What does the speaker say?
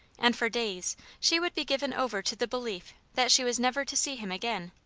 and for days she would be given over to the belief that she was never to see him again.